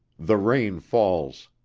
the rain falls.